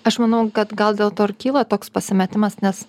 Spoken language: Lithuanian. aš manau kad gal dėl to ir kyla toks pasimetimas nes